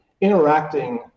interacting